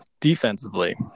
defensively